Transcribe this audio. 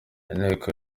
inteko